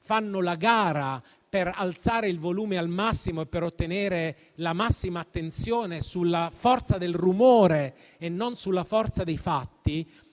fanno a gara per alzare il volume al massimo e per ottenere la massima attenzione sulla forza del rumore e non sulla forza dei fatti;